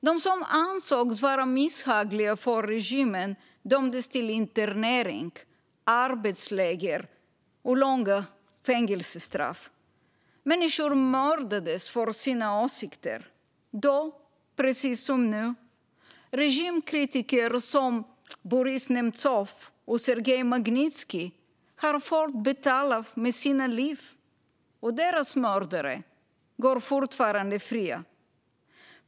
De som ansågs misshagliga för regimen dömdes till internering, arbetsläger och långa fängelsestraff. Människor mördades för sina åsikter, då precis som nu. Regimkritiker som Boris Nemtsov och Sergej Magnitskij har fått betala med sina liv, och deras mördare går fortfarande fria.